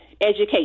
education